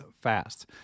fast